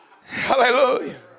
Hallelujah